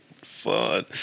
fun